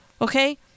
Okay